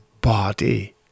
body